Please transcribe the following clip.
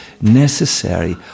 necessary